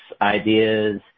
ideas